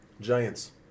Giants